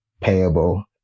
payable